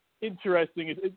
interesting